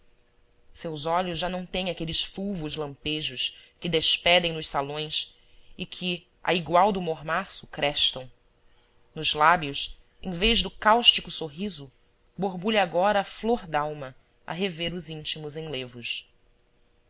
seus olhos já não têm aqueles fulvos lampejos que despedem nos salões e que a igual do mormaço crestam nos lá bios em vez do cáustico sorriso borbulha agora a flor dalma a rever os íntimos enlevos